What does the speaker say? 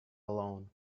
alone